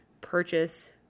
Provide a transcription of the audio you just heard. purchase